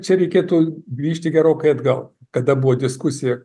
čia reikėtų grįžti gerokai atgal kada buvo diskusija